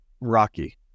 Rocky